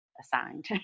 Assigned